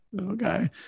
Okay